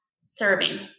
serving